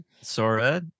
Sora